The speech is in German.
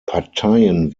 parteien